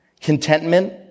contentment